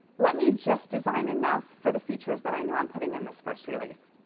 let me just design enough for the features that i know i'm putting in this first release.